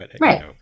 right